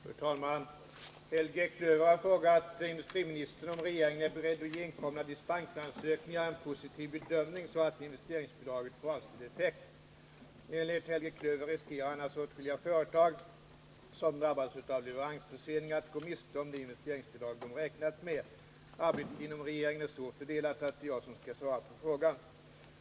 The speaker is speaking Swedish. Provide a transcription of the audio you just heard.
Fru talman! Helge Klöver har frågat industriministern om regeringen är beredd att ge inkomna dispensansökningar en positiv bedömning, så att investeringsbidraget får avsedd effekt. Enligt Helge Klöver riskerar annars åtskilliga företag, som drabbats av leveransförseningar, att gå miste om det investeringsbidrag de räknat med. Arbetet inom regeringen är så fördelat att det är jag som skall svara på frågan.